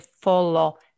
follow